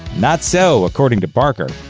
not so, according to barker.